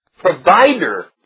provider